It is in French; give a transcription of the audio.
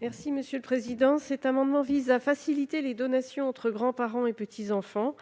Mme Sylvie Vermeillet. Cet amendement vise à faciliter les donations entre grands-parents et petits-enfants.